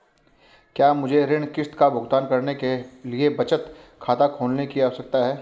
क्या मुझे ऋण किश्त का भुगतान करने के लिए बचत खाता खोलने की आवश्यकता है?